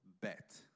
Bet